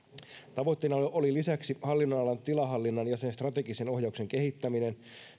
tavoitteena oli oli lisäksi hallinnonalan tilahallinnan ja sen strategisen ohjauksen kehittäminen